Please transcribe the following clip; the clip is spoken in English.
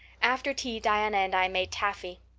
after tea diana and i made taffy.